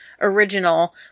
original